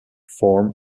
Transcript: form